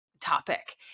topic